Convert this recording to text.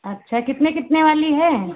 अच्छा कितने कितने वाली है